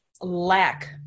lack